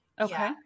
Okay